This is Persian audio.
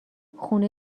خونه